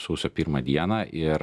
sausio pirmą dieną ir